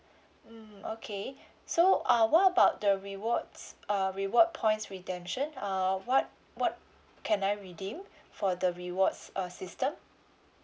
mm okay so uh what about the rewards uh reward points redemption err what what can I redeem for the rewards uh system